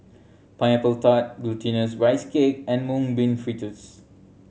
Pineapple Tart Glutinous Rice Cake and Mung Bean Fritters